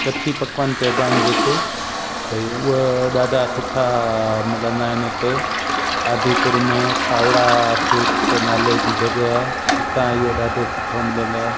कच्छी पकवान चइबा आहिनि जेके भई उहा ॾाढा सुठा मिलंदा आहिनि हिते आदिपुर में खावड़ा स्वीट नाले जी जॻहि आहे उतां इहो ॾाढो सुठो मिलंदो आहे